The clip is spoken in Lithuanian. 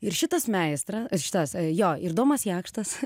ir šitas meistrą šitas jo ir domas jakštas